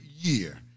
year